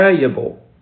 valuable